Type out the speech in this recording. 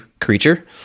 creature